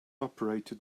operated